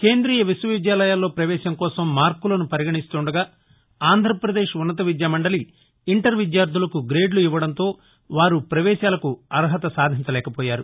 కేంద్రీయ విశ్వవిద్యాలయాల్లో ప్రవేశం కోసం మార్కులను పరిగణిస్తూండగా ఆంధ్రప్రదేశ్ ఉన్నత విద్యా మండలి ఇంటర్ విద్యార్ధులకు గ్రేడ్ లు ఇవ్వడంతో వారు పవేశాలకు అర్హత సాధించలేక పోయారు